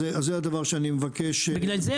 אז זה הדבר שאני מבקש --- בגלל זה,